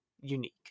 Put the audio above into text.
unique